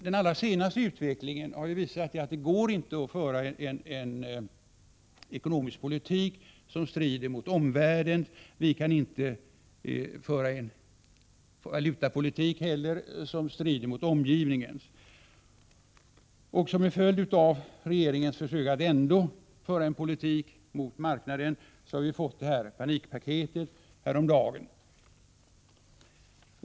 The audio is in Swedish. Den allra senaste utvecklingen har visat att det inte går att föra en ekonomisk politik som strider mot omvärldens. Vi kan inte heller föra en valutapolitik som strider mot omvärldens. En följd av regeringens försök att föra en sådan politik är det panikpaket som vi fick häromdagen.